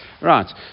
Right